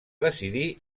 decidir